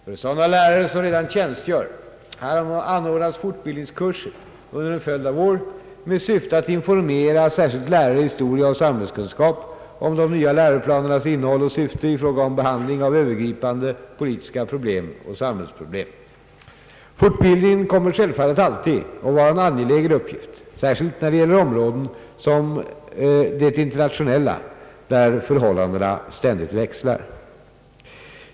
För sådana lärare som redan tjänstgör har anordnats fortbildningskurser under en följd av år med syfte att informera särskilt lärare i historia och samhällskunskap om de nya läroplanernas innehåll och syfte i fråga om behandling av övergripande politiska problem och sambhällsproblem. Fortbildningen kommer självfallet alltid att vara en angelägen uppgift, särskilt när det gäller områden som det internationella, där förhållandena ständigt växlar.